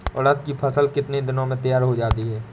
उड़द की फसल कितनी दिनों में तैयार हो जाती है?